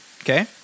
Okay